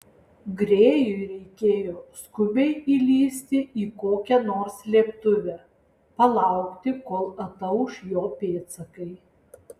grėjui reikėjo skubiai įlįsti į kokią nors slėptuvę palaukti kol atauš jo pėdsakai